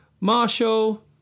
Marshall